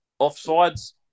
offsides